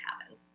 happen